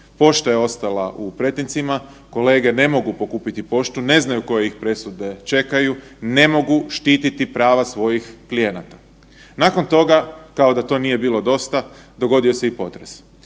Pošta je ostala u pretincima, kolege ne mogu pokupiti poštu, ne znaju koje ih presude čekaju, ne mogu štititi prava svojih klijenata. Nakon toga, kao da to nije bilo dosta, dogodio se i potres.